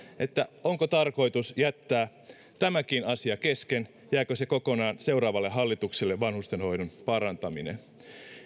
onko tarkoitus jättää tämäkin asia kesken jääkö se kokonaan seuraavalle hallitukselle vanhustenhoidon parantaminen